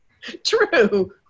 true